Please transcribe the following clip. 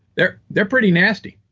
they're they're pretty nasty